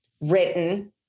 written